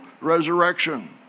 resurrection